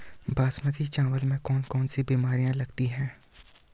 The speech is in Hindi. बासमती चावल में कौन कौन सी बीमारियां लगती हैं?